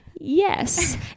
yes